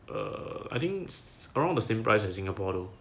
err I think around the same price as singapore though